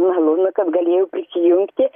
malonu kad galėjau prisijungti